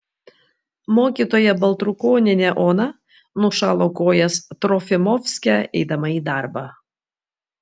mokytoja baltrukonienė ona nušalo kojas trofimovske eidama į darbą